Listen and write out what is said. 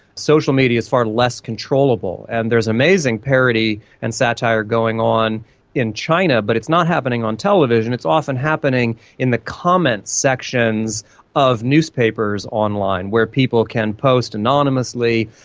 social media is far less controllable. and there is amazing parody and satire going on in china, but it's not happening on television, it's often happening in the comments sections of newspapers online where people can post anonymously,